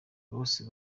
bose